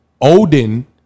Odin